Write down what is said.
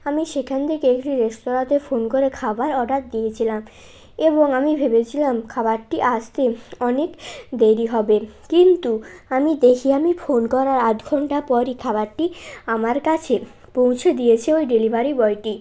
আমি সেখান থেকে একটি রেস্তোরাঁতে ফোন করে খাবার অর্ডার দিয়েছিলাম এবং আমি ভেবেছিলাম খাবারটি আসতে অনেক দেরি হবে কিন্তু আমি দেখি আমি ফোন করার আধ ঘণ্টা পরই খাবারটি আমার কাছে পৌঁছে দিয়েছে ওই ডেলিভারি বয়টি